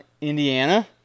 Indiana